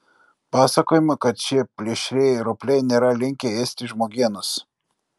pasakojama kad šie plėšrieji ropliai nėra linkę ėsti žmogienos